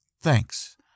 Thanks